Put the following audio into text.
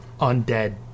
undead